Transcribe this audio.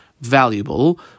valuable